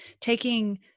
taking